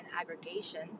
aggregation